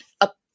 up